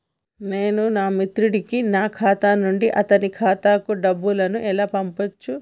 నేను నా మిత్రుడి కి నా ఖాతా నుండి అతని ఖాతా కు డబ్బు ను ఎలా పంపచ్చు?